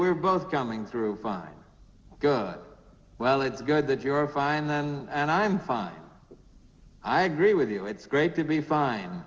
we're both coming through fine well it's good that you're fine and i'm fine i agree with you it's great to be fine